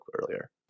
earlier